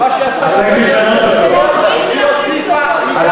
מה שעשתה חברת הכנסת קול, היא רק הוסיפה.